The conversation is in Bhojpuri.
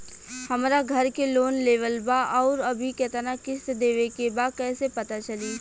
हमरा घर के लोन लेवल बा आउर अभी केतना किश्त देवे के बा कैसे पता चली?